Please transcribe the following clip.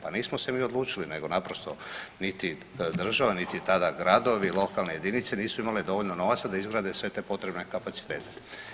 Pa nismo se mi odlučili nego naprosto niti država, niti tada gradovi, lokalne jedinice nisu imale dovoljno novaca da izgrade sve te potrebne kapacitete.